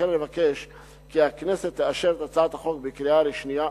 ולכן אבקש כי הכנסת תאשר את הצעת החוק בקריאה שנייה